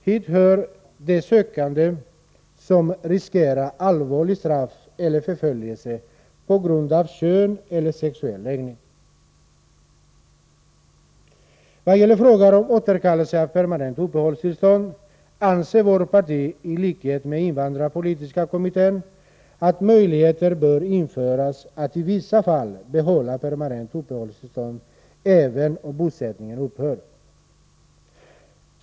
Hit hör de sökande som riskerar allvarligt straff eller förföljelse på grund av kön eller sexuell läggning. I vad gäller frågan om återkallelse av permanent uppehållstillstånd anser vårt parti i likhet med invandrarpolitiska kommittén att möjligheter bör införas att i vissa fall behålla permanent uppehållstillstånd, även om bosättningen upphör.